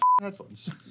headphones